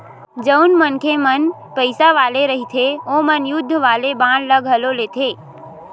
जउन मनखे मन पइसा वाले रहिथे ओमन युद्ध वाले बांड ल घलो लेथे